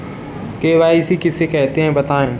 KYC किसे कहते हैं बताएँ?